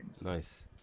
Nice